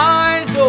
eyes